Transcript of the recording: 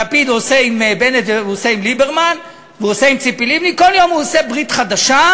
עושה עם ציפי לבני, כל יום הוא עושה ברית חדשה.